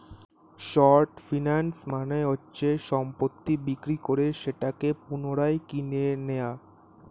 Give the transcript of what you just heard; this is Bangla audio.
শর্ট ফিন্যান্স মানে হচ্ছে সম্পত্তি বিক্রি করে সেটাকে পুনরায় কিনে নেয়া